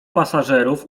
pasażerów